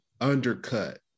undercut